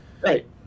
Right